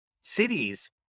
cities